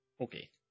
Okay